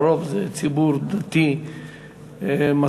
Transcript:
הרוב זה ציבור דתי מסורתי.